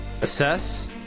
assess